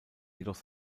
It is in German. jedoch